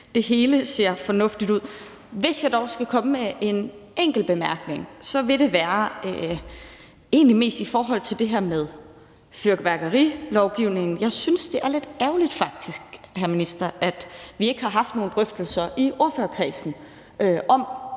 det hele ser fornuftigt ud. Hvis jeg dog skal komme med en enkelt bemærkning, vil det egentlig mest være i forhold til det her med fyrværkerilovgivningen. Jeg synes faktisk, det er lidt ærgerligt, hr. minister, at vi ikke har haft nogen drøftelser i ordførerkredsen om,